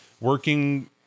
working